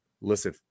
Listen